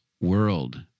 world